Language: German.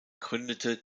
gründete